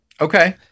Okay